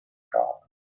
shark